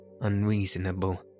unreasonable